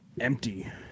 Empty